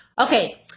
Okay